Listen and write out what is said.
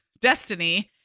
destiny